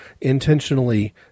intentionally